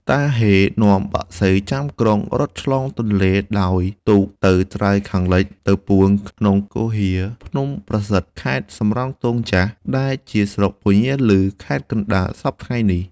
តាហ៊េនាំបក្សីចាំក្រុងរត់ឆ្លងទនេ្លដោយទូកទៅត្រើយខាងលិច ទៅពួន ក្នុងគុហាភ្នំប្រសិទ្ធិខេត្តសំរោងទងចាស់ ដែលជាស្រុកពញាឭ ខេត្តកណ្តាល សព្វថៃ្ងនេះ។